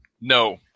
No